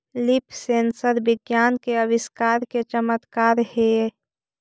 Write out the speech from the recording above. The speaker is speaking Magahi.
लीफ सेंसर विज्ञान के आविष्कार के चमत्कार हेयऽ